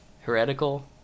heretical